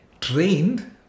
trained